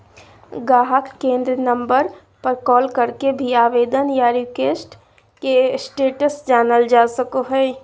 गाहक केंद्र नम्बर पर कॉल करके भी आवेदन या रिक्वेस्ट के स्टेटस जानल जा सको हय